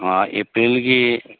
ꯑꯦꯄ꯭ꯔꯤꯜꯒꯤ